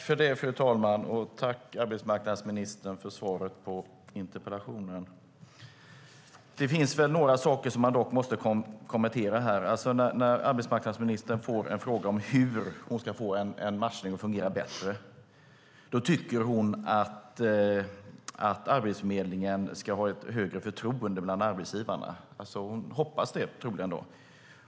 Fru talman! Jag tackar arbetsmarknadsministern för svaret på interpellationen. Det finns dock några saker som måste kommenteras. Arbetsmarknadsministern får en fråga om hur hon ska få matchningen att fungera bättre. Hon hoppas att Arbetsförmedlingen ska åtnjuta högre förtroende bland arbetsgivarna.